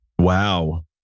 Wow